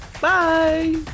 Bye